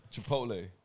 Chipotle